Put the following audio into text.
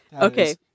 okay